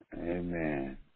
Amen